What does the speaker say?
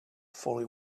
fully